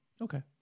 Okay